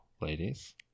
ladies